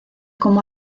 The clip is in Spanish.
como